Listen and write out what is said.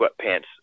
sweatpants